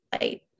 light